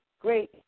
great